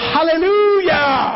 Hallelujah